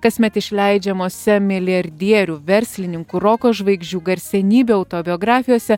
kasmet išleidžiamuose milijardierių verslininkų roko žvaigždžių garsenybių autobiografijose